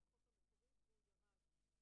יש עגורנאי מוסמך --- ברור, ברור.